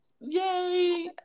yay